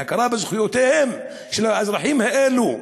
להכרה בזכויותיהם של האזרחים האלה,